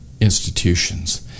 institutions